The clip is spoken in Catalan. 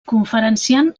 conferenciant